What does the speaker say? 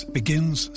begins